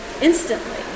instantly